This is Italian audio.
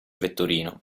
vetturino